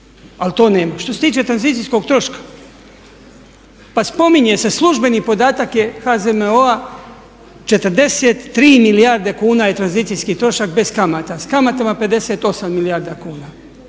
Ali to nema. Što se tiče tranzicijskog troška, pa spominje se, službeni podatak je HZMO-a 43 milijarde kuna je tranzicijski trošak bez kamata. S kamatama 58 milijarda kuna.